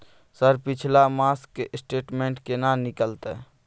Sir पिछला मास के स्टेटमेंट केना निकलते?